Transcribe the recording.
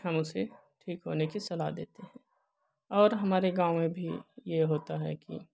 हम उसे ठीक होने की सलाह देते हैं और हमारे गाँव में भी यह होता है कि